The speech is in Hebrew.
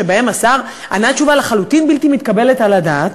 שבהם השר ענה תשובה לחלוטין בלתי מתקבלת על הדעת,